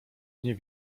nie